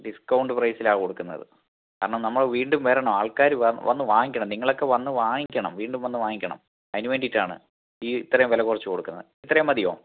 discount പ്രൈസിലാണ് കൊടുക്കുന്നത് കാരണം നമ്മൾ വീണ്ടും വരണം ആൾക്കാർ വന്ന് വാങ്ങിക്കണം നിങ്ങളൊക്കെ വന്ന് വാങ്ങിക്കണം വീണ്ടും വന്ന് വാങ്ങിക്കണം അതിനു വേണ്ടിയിട്ടാണ് ഈ ഇത്രയും വില കുറച്ച് കൊടുക്കുന്നത് ഇത്രയും മതിയോ